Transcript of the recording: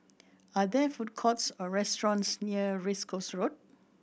are there food courts or restaurants near Race Course Road